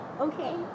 okay